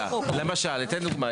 למשל אתן דוגמה.